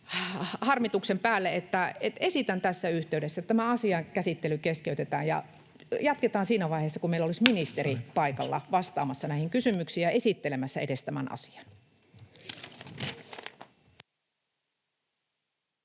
harmituksen päälle, että esitän tässä yhteydessä, että asian käsittely keskeytetään ja jatketaan siinä vaiheessa, kun meillä olisi ministeri paikalla vastaamassa näihin kysymyksiin ja edes esittelemässä tämän asian.